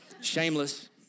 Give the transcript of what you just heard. Shameless